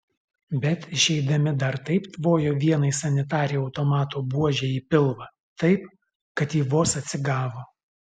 bet išeidami dar taip tvojo vienai sanitarei automato buože į pilvą taip kad ji vos atsigavo